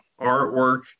artwork